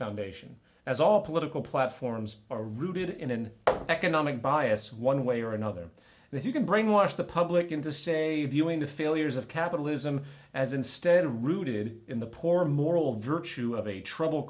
foundation as all political platforms are rooted in an economic bias one way or another that you can brainwash the public into say viewing the failures of capitalism as instead of rooted in the poor moral virtue of a trouble